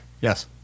Yes